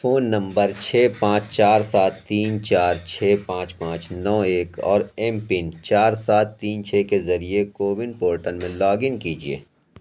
phone number چھ پانچ چار سات تین چار چھ پانچ پانچ نو ایک اور ایم پِن چار سات تین چھ کے ذریعے کوون پورٹل میں لاگ ان کیجیے